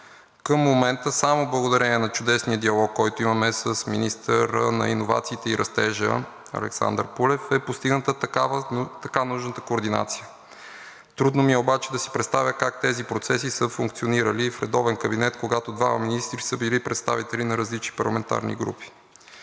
Към момента само благодарение на чудесния диалог, който имаме с министъра на иновациите и растежа Александър Пулев, е постигната така нужната координация. Трудно ми е обаче да си представя как тези процеси са функционирали в редовен кабинет, когато двама министри са били представители на различни парламентарни групи.